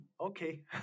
Okay